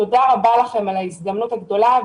תודה לכם על ההזדמנות הגדולה.